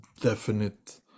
definite